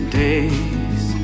days